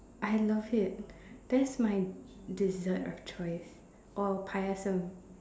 I love it that's my dessert of choice or payasum